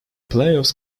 playoffs